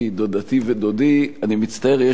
אני מצטער, יש לי נאום משעמם מאוד,